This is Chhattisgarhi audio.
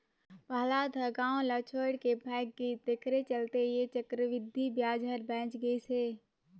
पहलाद ह गाव ल छोएड के भाएग गइस तेखरे चलते ऐ चक्रबृद्धि बियाज हर बांएच गइस हे